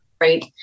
right